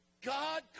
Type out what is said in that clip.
God